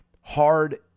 hard